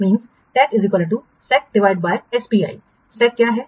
TEAC SACSPI सैक क्या है